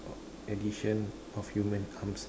addition of human arms